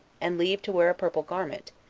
and leave to wear a purple garment,